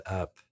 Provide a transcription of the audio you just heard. up